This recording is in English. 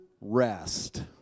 Rest